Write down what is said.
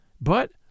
But